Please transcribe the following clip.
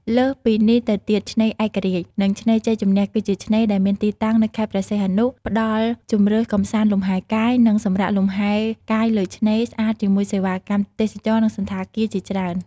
លើសពីនេះទៅទៀតឆ្នេរឯករាជ្យ និង ឆ្នេរជ័យជំនះគឺជាឆ្នេរដែលមានទីតាំងនៅខេត្តព្រះសីហនុ ផ្តល់ជម្រើសកម្សាន្តលំហែកាយ និងសម្រាកលំហែកាយលើឆ្នេរ ស្អាត ជាមួយសេវាកម្មទេសចរណ៍ និងសណ្ឋាគារជាច្រើន។